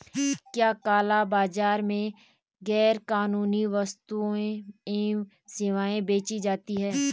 क्या काला बाजार में गैर कानूनी वस्तुएँ एवं सेवाएं बेची जाती हैं?